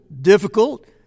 difficult